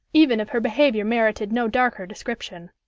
even if her behaviour merited no darker description.